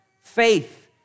faith